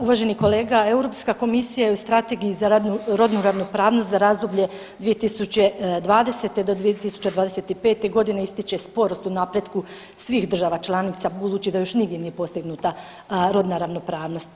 Uvaženi kolega, Europska komisija je u Strategiji za rodnu ravnopravnost za razdoblje 2020.-2025.g. ističe sporost u napretku svih država članica budući da još nije postignuta rodna ravnopravnost.